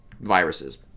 viruses